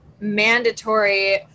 mandatory